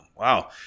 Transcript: Wow